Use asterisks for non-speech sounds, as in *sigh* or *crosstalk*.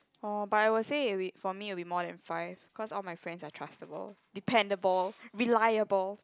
orh but I would say *noise* for me it would be more than five cause all my friends are trustable dependable reliable